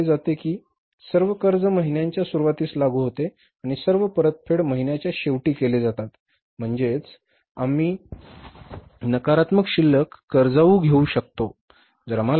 असे मानले जाते की सर्व कर्ज महिन्याच्या सुरूवातीस लागू होते आणि सर्व परतफेड महिन्याच्या शेवटी केले जातात म्हणजे आम्ही नकारात्मक शिल्लक कर्जाऊ घेऊ शकतो